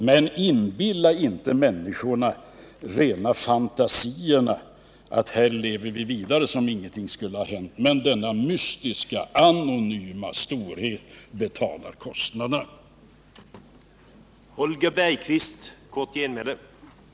Men inbilla inte människorna rena fantasier — att här lever vi vidare som om ingenting skulle ha hänt, och någon mystisk, anonym storhet betalar de skatter som täcker kostnaderna!